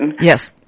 Yes